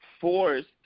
forced